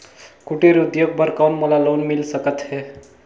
कुटीर उद्योग बर कौन मोला लोन मिल सकत हे?